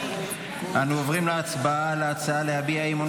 אנו עוברים להצבעה על ההצעה להביע אי-אמון